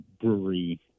brewery